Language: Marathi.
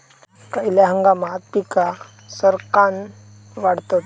खयल्या हंगामात पीका सरक्कान वाढतत?